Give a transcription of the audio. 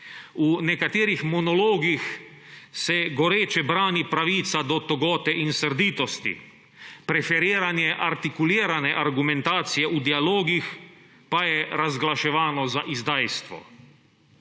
V nekaterih monologih se goreče brani pravica do togote in srditosti. Preferiranje artikulirane argumentacije v dialogih pa je razglaševano za izdajstvo.